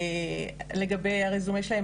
לגבי הרזומה שלהם,